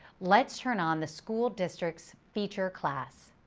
let's turn on the school districts feature class.